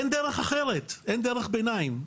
אין דרך אחרת, אין דרך ביניים.